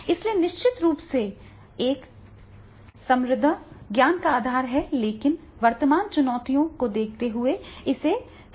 इसलिए निश्चित रूप से एक समृद्ध ज्ञान का आधार है लेकिन वर्तमान चुनौतियों को देखते हुए इसे ताज़ा करना होगा